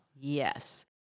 Yes